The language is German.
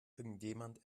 irgendjemand